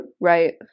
right